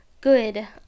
good